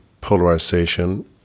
polarization